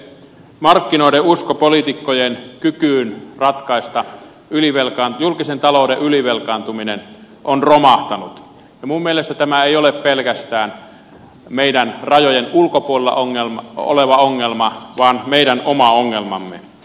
markkinoiden usko poliitikkojen kykyyn ratkaista julkisen talouden ylivelkaantuminen on romahtanut ja minun mielestäni tämä ei ole pelkästään meidän rajojemme ulkopuolella oleva ongelma vaan meidän oma ongelmamme